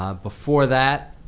ah before that